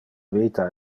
vita